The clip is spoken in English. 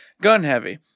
gun-heavy